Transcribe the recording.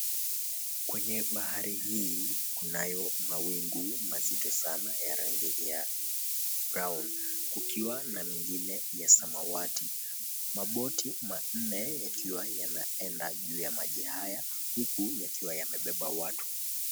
Kwenye bahari hii kunayo mawingu mazito sana ya rangi ya brown kukiwa na mengine ya samawati. Maboti manne yakiwa yanaenda juu ya maji haya huku yakiwa yamebeba watu.